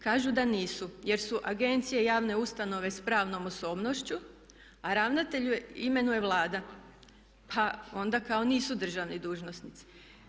Kažu da nisu jer su agencije javne ustanove s pravnom osobnošću, a ravnatelje imenuje Vlada pa onda kao nisu državni dužnosnici.